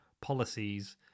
policies